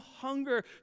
hunger